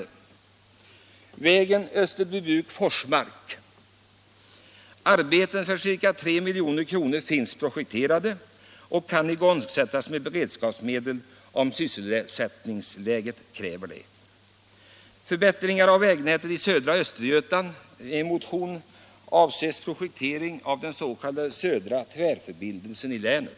När det gäller vägen Österbybruk-Forsmark finns arbeten för ca 3 milj.kr. projekterade och kan igångsättas med beredskapsmedel, om sysselsättningsläget kräver det.